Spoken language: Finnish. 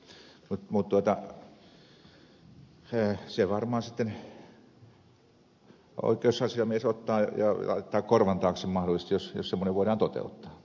mutta sen varmaan sitten oikeusasiamies ottaa toiveena ja laittaa korvan taakse mahdollisesti jos semmoinen voidaan toteuttaa